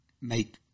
make